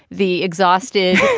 the exhausted,